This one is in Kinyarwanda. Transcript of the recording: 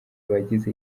abagize